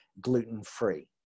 gluten-free